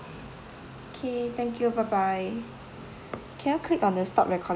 K thank you bye bye can you click on the stop record